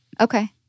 Okay